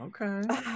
Okay